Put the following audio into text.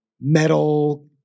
metal